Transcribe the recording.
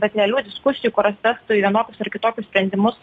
bet realių diskusijų kuriose vienokius ar kitokius sprendimus